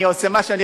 אני עושה משהו?